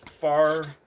far